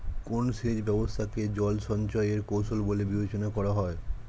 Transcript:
কোন সেচ ব্যবস্থা কে জল সঞ্চয় এর কৌশল বলে বিবেচনা করা হয়?